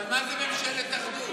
אבל מה זה ממשלת אחדות?